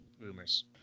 rumors